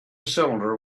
cylinder